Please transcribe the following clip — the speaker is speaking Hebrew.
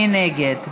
מי נגד?